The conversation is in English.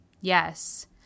Yes